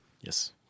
Yes